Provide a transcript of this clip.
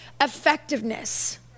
effectiveness